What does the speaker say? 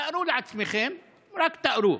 תארו לעצמכם, רק תארו,